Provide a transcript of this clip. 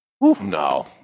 No